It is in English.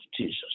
Jesus